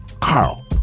Carl